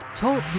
Talk